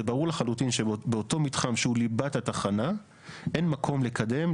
זה ברור לחלוטין שבאותו מתחם שהוא ליבת התחנה אין מקום לקדם,